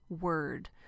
word